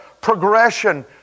progression